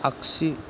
आगसि